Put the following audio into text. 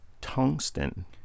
tungsten